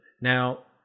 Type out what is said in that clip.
Now